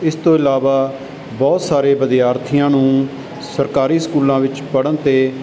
ਇਸ ਤੋਂ ਇਲਾਵਾ ਬਹੁਤ ਸਾਰੇ ਵਿਦਿਆਰਥੀਆਂ ਨੂੰ ਸਰਕਾਰੀ ਸਕੂਲਾਂ ਵਿੱਚ ਪੜ੍ਹਨ 'ਤੇ